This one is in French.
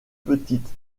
petite